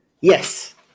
Yes